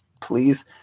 please